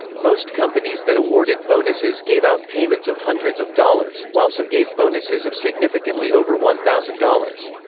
most companies that awarded bonuses gave out payments of hundreds of dollars, while some gave bonuses of significantly over one thousand dollars.